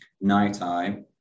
night-eye